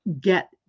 get